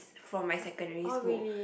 from my secondary school